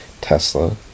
Tesla